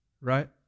right